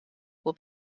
will